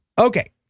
Okay